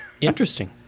Interesting